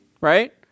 right